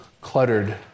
cluttered